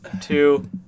two